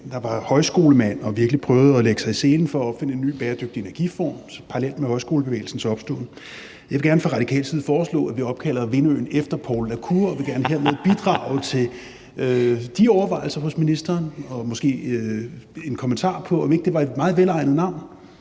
der var højskolemand og virkelig prøvede at lægge sig i selen for at opfinde en ny bæredygtig energiform parallelt med højskolebevægelsens opståen. Jeg vil gerne fra Radikales side foreslå, at vi opkalder vindøen efter Poul la Cour, og vil gerne hermed bidrage til de overvejelser hos ministeren, som måske har en kommentar til, om ikke det var et meget velegnet navn.